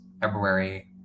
February